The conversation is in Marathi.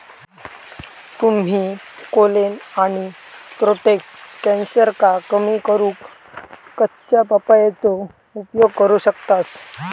तुम्ही कोलेन आणि प्रोटेस्ट कॅन्सरका कमी करूक कच्च्या पपयेचो उपयोग करू शकतास